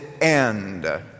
end